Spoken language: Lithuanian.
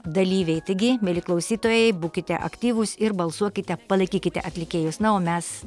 dalyviai taigi mieli klausytojai būkite aktyvūs ir balsuokite palaikykite atlikėjus na o mes